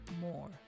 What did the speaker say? more